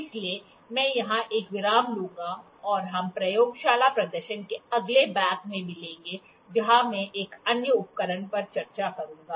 इसलिए मैं यहां एक विराम लूंगा और हम प्रयोगशाला प्रदर्शन के अगले भाग में मिलेंगे जहां मैं एक अन्य उपकरण पर चर्चा करूंगा